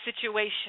situation